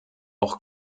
auch